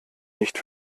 nicht